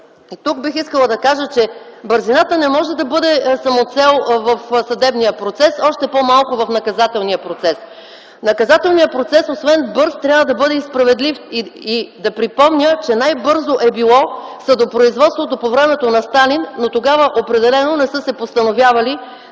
Тук бих искала да кажа, че бързината не може да бъде самоцел в съдебния процес, още по-малко в наказателния процес. Наказателният процес освен бърз, трябва да бъде и справедлив, и да припомня, че най-бързо е било съдопроизводството по времето на Сталин, но тогава определено не са се постановявали